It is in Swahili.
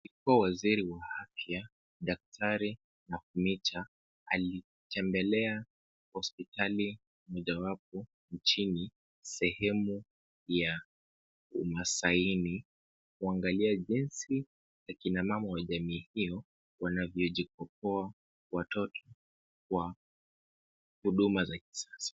Aliyekuwa waziri wa afya daktari Nakhumicha alitembelea hospitali moja wapo nchini sehemu ya umaasaini kuangalia jinsi akina mama wa jamii hiyo wanavyojikopoa watoto kwa huduma za kisasa.